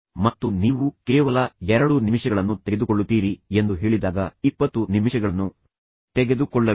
ಮತ್ತು ನೀವು ಕೇವಲ 2 ನಿಮಿಷಗಳನ್ನು ತೆಗೆದುಕೊಳ್ಳುತ್ತೀರಿ ಎಂದು ಹೇಳಿದಾಗ 20 ನಿಮಿಷಗಳನ್ನು ತೆಗೆದುಕೊಳ್ಳಬೇಡಿ